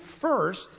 first